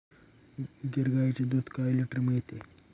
गीर गाईचे दूध काय लिटर मिळते?